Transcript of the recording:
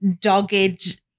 dogged